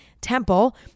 temple